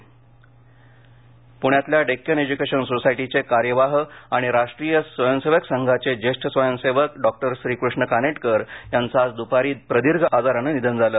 निधन पुण्यातल्या डेक्कन एज्युकेशन सोसायटीचे कार्यवाह आणि राष्ट्रीय स्वयंसेवक संघाचे ज्येष्ठ स्वयंसेवक डॉक्टर श्रीकृष्ण कानेटकर यांचं आज दुपारी प्रदीर्घ आजाराने निधन झाले